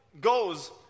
goes